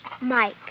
Mike